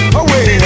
away